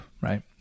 right